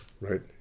right